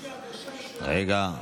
לי הרגשה שהוא יגיד לך למה אי-אפשר.